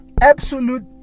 absolute